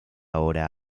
hora